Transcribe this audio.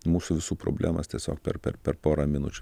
mūsų visų problemas tiesiog per per per porą minučių